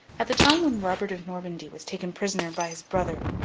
at the time when robert of normandy was taken prisoner by his brother,